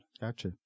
Gotcha